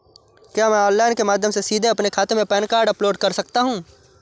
क्या मैं ऑनलाइन के माध्यम से सीधे अपने खाते में पैन कार्ड अपलोड कर सकता हूँ?